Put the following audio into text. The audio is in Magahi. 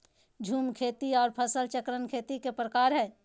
झूम खेती आर फसल चक्रण खेती के प्रकार हय